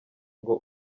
ngo